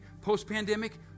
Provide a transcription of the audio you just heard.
post-pandemic